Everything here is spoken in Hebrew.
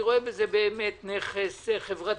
אני רואה בזה נכס חברתי.